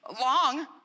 long